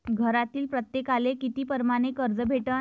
घरातील प्रत्येकाले किती परमाने कर्ज भेटन?